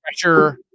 pressure